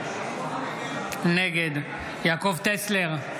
נגד יעקב טסלר,